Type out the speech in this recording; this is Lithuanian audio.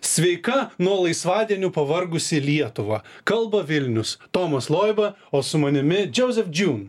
sveika nuo laisvadienių pavargusi lietuva kalba vilnius tomas loiba o su manimi džiozef džiūn